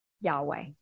Yahweh